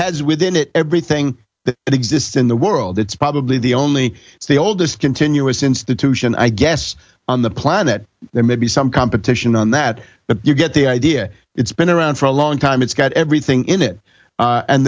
has within it everything that exists in the world it's probably the only the oldest continuous institution i guess on the planet there may be some competition on that but you get the idea it's been around for a long time it's got everything in it a